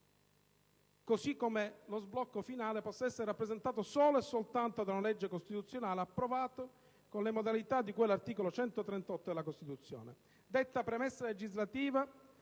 così come lo sblocco finale possa essere rappresentato solo e soltanto da una legge costituzionale, approvato con le modalità di cui all'articolo 138 della Costituzione. Detta premessa legislativa